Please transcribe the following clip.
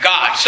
God